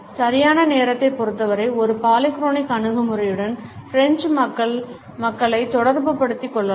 சரியான நேரத்தைப் பொருத்தவரை ஒரு பாலிக்ரோனிக் அணுகுமுறையுடன் பிரெஞ்ச் மக்களை தொடர்பு படுத்திக் கொள்ளலாம்